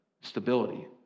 stability